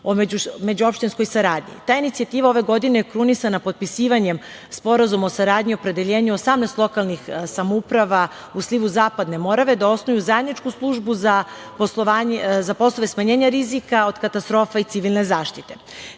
o međuopštinskoj saradnji. Ta inicijativa ove godine je krunisana potpisivanjem Sporazuma o saradnji i opredeljenju 18 lokalnih samouprava u slivu Zapadne Morave da osnuju zajedničku službu za poslove smanjenja rizika od katastrofa i civilne zaštite. Veliku